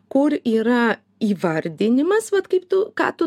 kur yra įvardinimas vat kaip tu ką tu